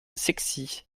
sexies